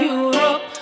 Europe